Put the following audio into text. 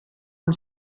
amb